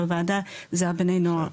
בוועדה זה בני הנוער,